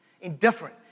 indifferent